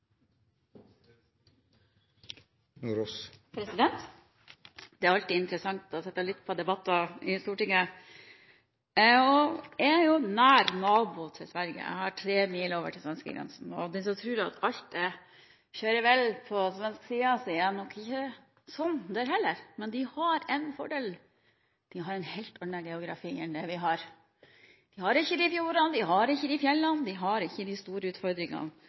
her. Det er alltid interessant å sitte og lytte på debatter i Stortinget. Jeg er jo nær nabo til Sverige, jeg har tre mil over til svenskegrensen. Til den som tror at alt er såre vel på svensk side: Det er nok ikke sånn, der heller. Men de har en fordel; de har en helt annen geografi enn det vi har. De har ikke fjordene, de har ikke fjellene – de har ikke de store utfordringene